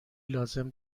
لازم